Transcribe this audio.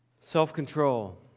Self-control